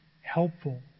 helpful